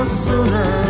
sooner